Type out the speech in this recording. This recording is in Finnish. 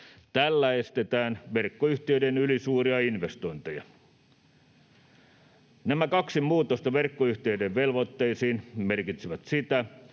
Tällä estetään verkkoyhtiöiden ylisuuria investointeja. Nämä kaksi muutosta verkkoyhtiöiden velvoitteisiin merkitsevät sitä,